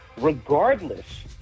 regardless